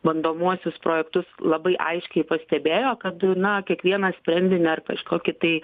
bandomuosius projektus labai aiškiai pastebėjo kad na kiekvieną sprendinį ar kažkokį tai